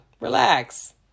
Relax